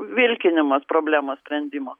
vilkinimas problemos sprendimo